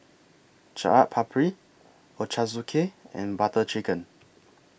Chaat Papri Ochazuke and Butter Chicken